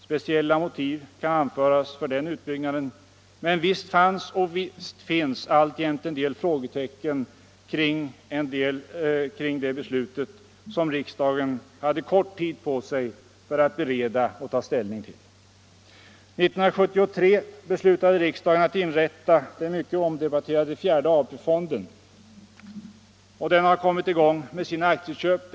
Speciella motiv kan anföras för den utbyggnaden, men visst fanns och visst finns alltjämt en del frågetecken kring beslutet, som riksdagen hade kort tid på sig att bereda och ta ställning till. 1973 beslutade riksdagen att inrätta den mycket omdebatterade fjärde AP-fonden. Den har kommit i gång med sina aktieköp.